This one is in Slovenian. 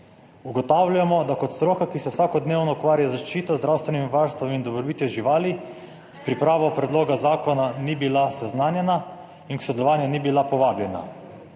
Ugotavljamo, da kot stroka, ki se vsakodnevno ukvarja z zaščito, zdravstvenim varstvom in dobrobitjo živali, s pripravo predloga zakona ni bila seznanjena in k sodelovanju ni bila povabljena.«